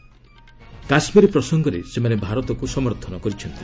କାଶ୍ମୀର ପ୍ରସଙ୍ଗରେ ସେମାନେ ଭାରତକୁ ସମର୍ଥନ କରିଛନ୍ତି